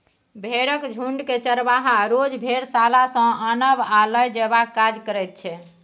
भेंड़क झुण्डकेँ चरवाहा रोज भेड़शाला सँ आनब आ लए जेबाक काज करैत छै